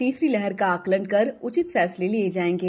तीसरी लहर का आंकलन कर उचित फैसले लिए जायेंगे